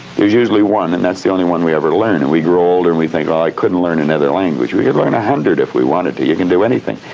there's usually one, and that's the only one we ever learn, and we grow older and we think, oh, i couldn't learn another language. we could learn one hundred if we wanted to, you can do anything,